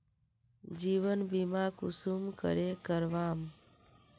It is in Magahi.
जीवन बीमा कुंसम करे करवाम?